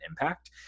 impact